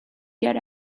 get